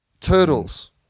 Turtles